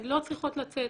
הן לא צריכות לצאת.